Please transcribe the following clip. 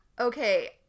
Okay